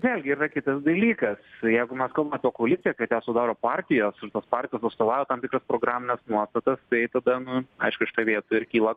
vėlgi yra kitas dalykas jeigu mes kalbam apie koaliciją kad ją sudaro partijos ir tos partijos atstovauja tam tikras programines nuostatas tai tada nu aišku šitoj vietoj ir kyla